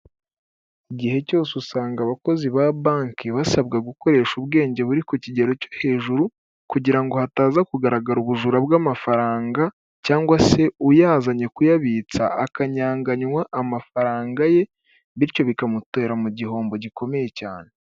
Igihe cyose usanga abakozi ba banki basabwa gukoresha ubwenge buri ku kigero cyo hejuru kugira ngo hataza kugaragara ubujura bw'amafaranga cyangwa se uyazanye kuyabitsa, akanyayanganywa amafaranga ye bityo bikamutera mu gihombo gikomeye cyane.